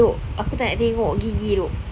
dok aku tak nak tengok gigi dok